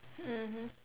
mmhmm